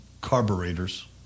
carburetors